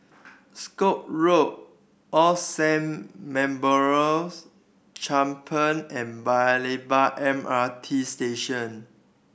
Scotts Road All Saints Memorial Chapel and Paya Lebar MRT Station